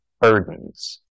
burdens